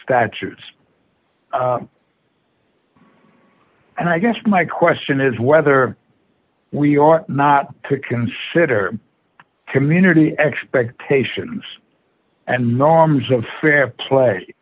statutes and i guess my question is whether we ought not to consider community expectations and norms of fair play